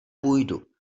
půjdu